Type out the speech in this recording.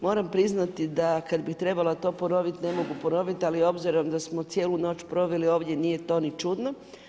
Moram priznati da kada bi trebalo to ponoviti ne mogu ponoviti ali obzirom da smo cijelu noć proveli ovdje nije to ni čudno.